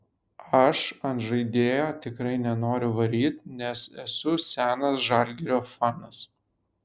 aš ant žaidėjo tikrai nenoriu varyt nes esu senas žalgirio fanas